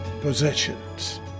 possessions